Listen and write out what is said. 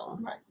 Right